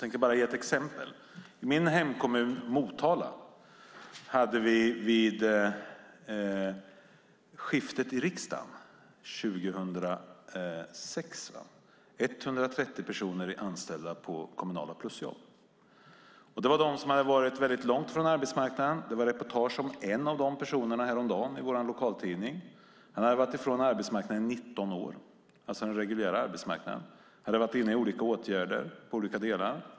I min hemkommun Motala hade vi 2006, vid majoritetsskiftet i riksdagen, 130 personer anställda på kommunala plusjobb. Det var de som hade varit väldigt långt från arbetsmarknaden. Det var reportage om en av dem i vår lokaltidning häromdagen. Han hade varit borta från den reguljära arbetsmarknaden i 19 år. Han hade varit inne i olika åtgärder.